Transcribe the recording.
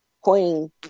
queen